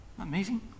Amazing